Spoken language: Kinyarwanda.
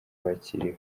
bakiriwe